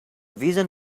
vision